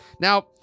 now